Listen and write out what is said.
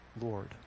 Lord